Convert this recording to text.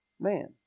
Man